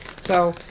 So-